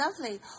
lovely